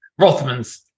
Rothmans